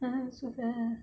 !wah! so far